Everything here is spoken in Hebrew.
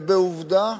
בעובדה,